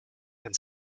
and